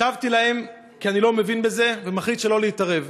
השבתי להם כי אני לא מבין בזה, ומחליט שלא להתערב.